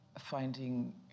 finding